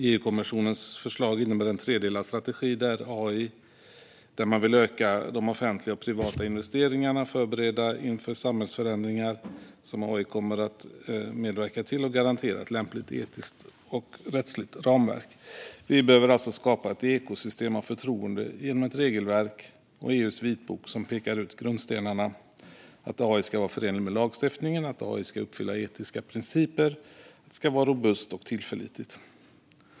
EU-kommissionens förslag innebär en tredelad strategi där man vill öka de offentliga och privata investeringarna, förbereda inför samhällsförändringar som AI kommer att medverka till och garantera ett lämpligt etiskt och rättsligt ramverk. Vi behöver alltså skapa ett ekosystem av förtroende genom ett regelverk och EU:s vitbok, som pekar ut grundstenarna: att AI ska vara förenlig med lagstiftningen och att AI ska uppfylla etiska principer och vara robust och tillförlitlig.